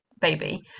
baby